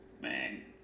man